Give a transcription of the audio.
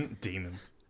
Demons